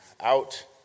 out